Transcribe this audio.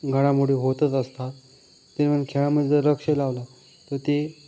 घडामोडी होतंच असतात खेळामध्ये लक्ष लावला तर ते